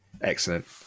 Excellent